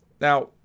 Now